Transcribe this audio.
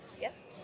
Yes